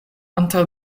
antaŭ